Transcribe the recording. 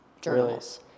journals